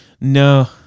no